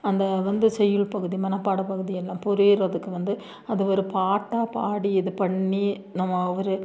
அந்த வந்து செய்யுள் பகுதி மனப்பாடப் பகுதி எல்லாம் புரிகிறதுக்கு வந்து அதை ஒரு பாட்டாக பாடி இது பண்ணி நம்ம ஒரு